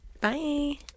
Bye